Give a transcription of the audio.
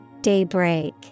Daybreak